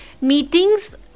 meetings